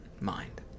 mind